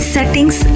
Settings